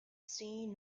seen